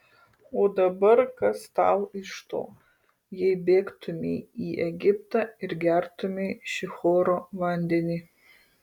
o dabar kas tau iš to jei bėgtumei į egiptą ir gertumei šihoro vandenį